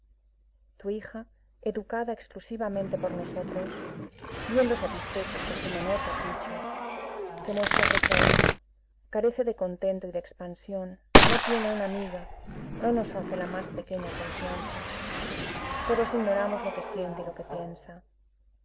tu hija educada exclusivamente por nosotros viendo satisfecho hasta su menor capricho se muestra retraída carece de contento y de expansión no tiene una amiga no nos hace la más pequeña confianza todos ignoramos lo que siente y lo que piensa